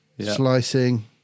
slicing